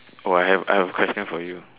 so I have I have a question for you